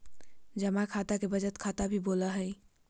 जमा खाता के बचत खाता भी बोलो हइ